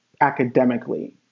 academically